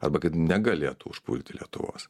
arba kad negalėtų užpulti lietuvos